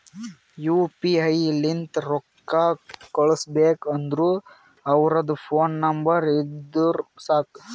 you P I ಲಿಂತ್ ರೊಕ್ಕಾ ಕಳುಸ್ಬೇಕ್ ಅಂದುರ್ ಅವ್ರದ್ ಫೋನ್ ನಂಬರ್ ಇದ್ದುರ್ ಸಾಕ್